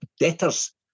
debtors